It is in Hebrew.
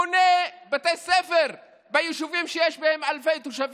בונה בתי ספר ביישובים שיש בהם אלפי תושבים,